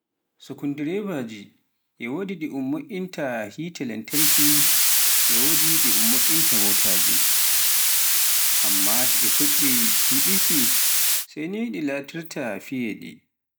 sikundireba, e wode ɗi um moiinta heeti lantarkije e wodi ɗi um mo'inta motaaji, amma to fuɗɗi kiiɗuuki sai ni ɗi latirta fiiyeeɗi.